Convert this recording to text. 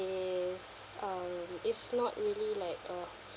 is um it's not really like a